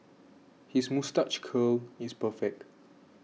his moustache curl is perfect